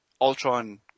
Ultron